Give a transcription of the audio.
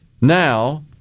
now